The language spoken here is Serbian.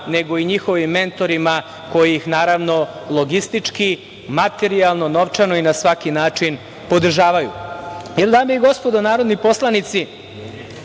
nego i njihovim mentorima koji ih, naravno, logistički, materijalno, novčano i na svaki način podržavaju. Dame i gospodo narodni poslanici,